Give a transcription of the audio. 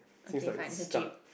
since like is stuck